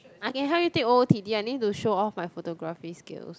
I can help you take over t_d_i need to show off my photography skills